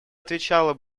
отвечала